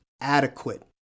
adequate